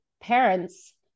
parents